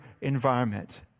environment